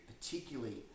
particularly